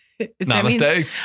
Namaste